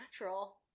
natural